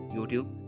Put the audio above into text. YouTube